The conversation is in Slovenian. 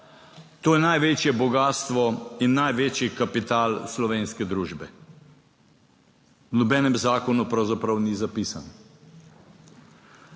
To je največje bogastvo in največji kapital slovenske družbe. V nobenem zakonu pravzaprav ni zapisan,